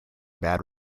bad